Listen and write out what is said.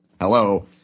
hello